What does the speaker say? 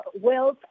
wealth